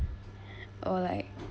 or like